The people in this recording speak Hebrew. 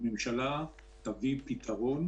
הממשלה תביא פתרון,